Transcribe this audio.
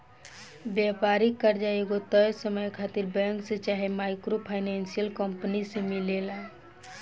व्यापारिक कर्जा एगो तय समय खातिर बैंक से चाहे माइक्रो फाइनेंसिंग कंपनी से मिलेला